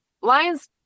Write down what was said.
Lions